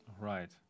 Right